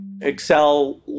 Excel